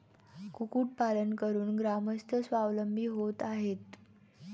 कुक्कुटपालन करून ग्रामस्थ स्वावलंबी होत आहेत